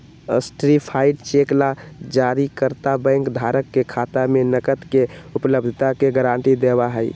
certified cheque ला जारीकर्ता bank धारक के खाता में नकद के उपलब्धता के गारंटी देवा हई